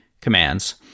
commands